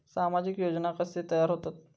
सामाजिक योजना कसे तयार होतत?